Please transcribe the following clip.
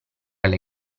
alle